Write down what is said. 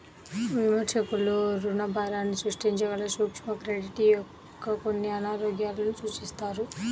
విమర్శకులు రుణభారాన్ని సృష్టించగల సూక్ష్మ క్రెడిట్ యొక్క కొన్ని అనారోగ్యాలను సూచిస్తారు